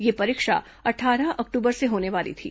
यह परीक्षा अट्ठारह अक्टूबर से होने वाली थी